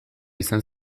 izan